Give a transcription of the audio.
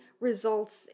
results